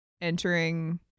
entering